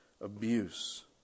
abuse